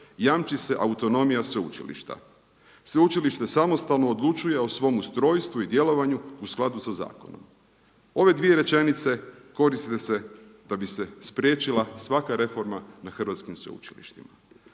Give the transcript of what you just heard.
„Jamči se autonomija sveučilišta. Sveučilište samostalno odlučuje o svom ustrojstvu i djelovanju u skladu sa zakonom.“ Ove dvije rečenice koriste se da bi se spriječila svaka reforma na hrvatskim sveučilištima.